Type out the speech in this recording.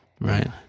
right